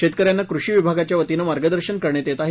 शेतकऱ्यांना कृषी विभागाच्या वतीनं मार्गदर्शन करण्यात येत आहे